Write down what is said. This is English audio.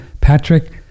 Patrick